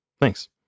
Thanks